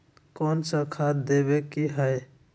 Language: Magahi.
कोन सा खाद देवे के हई?